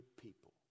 people